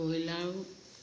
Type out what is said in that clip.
কয়লাৰো